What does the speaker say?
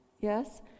yes